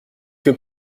que